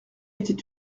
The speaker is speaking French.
était